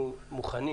אנחנו מוכנים